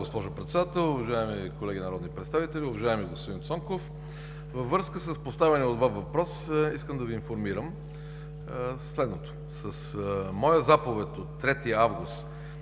госпожо Председател, уважаеми колеги народни представители, уважаеми господин Цонков! Във връзка с поставения от Вас въпрос искам да Ви информирам следното. С моя заповед от 3 август